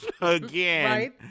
again